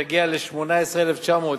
שיגיע ל-18,900,